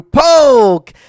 poke